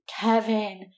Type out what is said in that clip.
Kevin